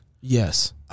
Yes